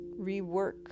rework